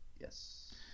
Yes